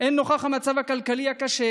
והן נוכח המצב הכלכלי הקשה,